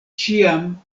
ĉiam